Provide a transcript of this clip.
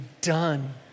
done